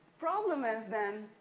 problem is, then,